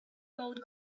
gold